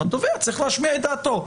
התובע צריך להשמיע את דעתו.